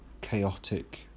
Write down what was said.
chaotic